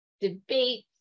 debate